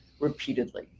repeatedly